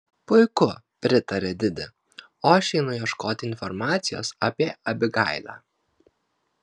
puiku pritarė didi o aš einu ieškoti informacijos apie abigailę